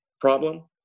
problem